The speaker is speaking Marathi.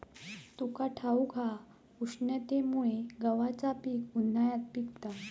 तुका ठाऊक हा, उष्णतेमुळे गव्हाचा पीक उन्हाळ्यात पिकता